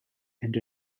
into